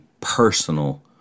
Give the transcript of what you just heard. personal